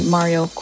Mario